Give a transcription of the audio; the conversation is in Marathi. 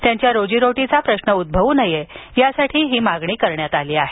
त्यांच्या रोजीरोटीचा प्रश्न उद्भवू नये यासाठी ही मागणी करण्यात आली आहे